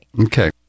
Okay